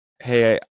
hey